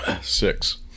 Six